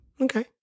Okay